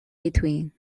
between